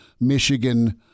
Michigan